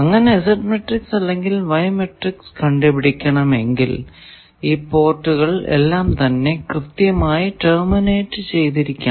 അങ്ങനെ Z matrix അല്ലെങ്കിൽ Y matrix കണ്ടുപിടിക്കണമെങ്കിൽ ഈ പോർട്ടുകൾ എല്ലാം തന്നെ കൃത്യമായി ടെർമിനേറ്റ് ചെയ്തിരിക്കണം